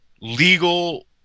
legal